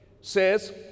says